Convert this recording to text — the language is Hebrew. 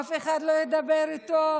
אף אחד לא ידבר איתו.